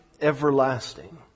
everlasting